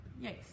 Yes